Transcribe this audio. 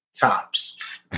Tops